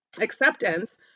acceptance